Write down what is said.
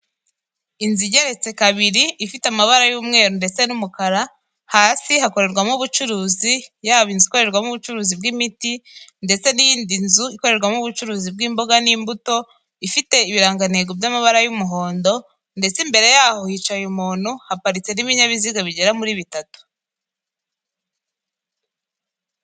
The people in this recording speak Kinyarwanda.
Inzu igeretse kabiri ifite amabara y'umweru ndetse n'umukara, hasi hakorerwamo ubucuruzi yaba inzu ikorerwamo ubucuruzi bw'imiti ndetse n'iyindi nzu ikorerwamo ubucuruzi bw'imboga n'imbuto, ifite ibirangantego by'amabara y'umuhondo ndetse imbere yaho hicaye umuntu, aparitse n'ibinyabiziga bigera muri bitatu.